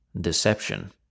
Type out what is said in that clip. deception